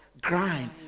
grind